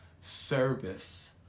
service